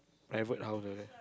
private house like that